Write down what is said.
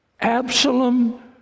Absalom